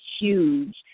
huge